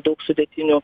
daug sudėtinių